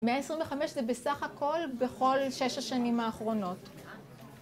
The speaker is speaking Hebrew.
125 זה בסך הכל בכל שש השנים האחרונות